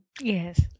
Yes